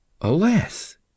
Alas